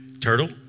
Turtle